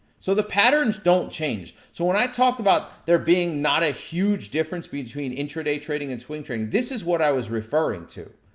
so, the patterns don't change. so when i talked about there being not a huge difference between intraday trading and swing trading, this is what i was referring to.